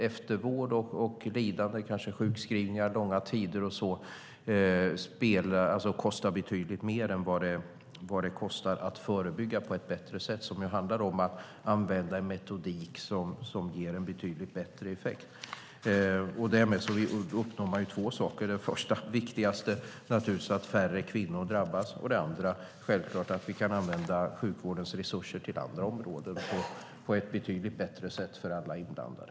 Eftervård, lidande och kanske sjukskrivningar långa tider kostar betydligt mer än att förebygga på ett bättre sätt, som handlar om att använda en metodik som ger en betydligt bättre effekt. Därmed uppnås två saker. Det första och viktigaste är naturligtvis att färre kvinnor drabbas. Det andra är självklart att vi kan använda sjukvårdens resurser till andra områden på ett betydligt bättre sätt för alla inblandade.